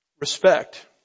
respect